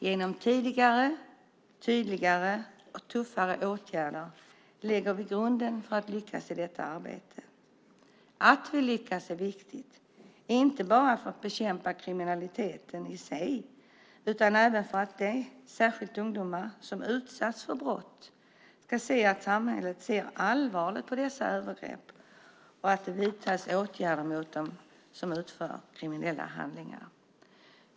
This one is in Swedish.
Genom tidigare, tydligare och tuffare åtgärder lägger vi grunden för att lyckas i detta arbete. Att vi lyckas är viktigt, inte bara för att bekämpa kriminaliteten i sig utan även för att de, särskilt ungdomar, som utsatts för brott ska se att samhället ser allvarligt på dessa övergrepp och att det vidtas åtgärder mot den som utför kriminella handlingar.